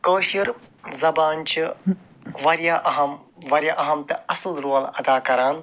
کٲشِر زبان چھِ واریاہ أہم واریاہ أہم تہٕ اصٕل رول ادا کران